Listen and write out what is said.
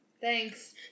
Thanks